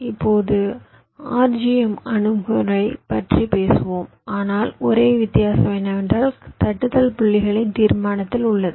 இப்போது RGM அணுகுமுறை பற்றி பேசுகிறோம் ஆனால் ஒரே வித்தியாசம் என்னவென்றால் தட்டுதல் புள்ளிகளின் தீர்மானத்தில் உள்ளது